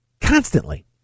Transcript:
constantly